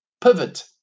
pivot